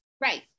Right